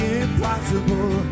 impossible